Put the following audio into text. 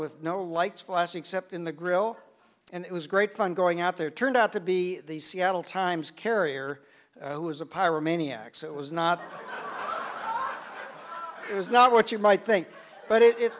with no lights flashing cept in the grill and it was great fun going out there turned out to be the seattle times carrier it was a pyromaniac so it was not it was not what you might think but it i